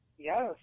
Yes